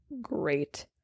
great